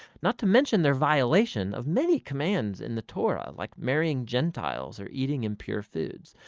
not to mention their violation of many commands in the torah, like marrying gentiles or eating impure foods.